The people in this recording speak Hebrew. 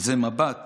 זה מבט